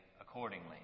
accordingly